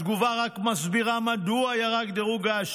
התגובה רק מסבירה מדוע ירד הדירוג,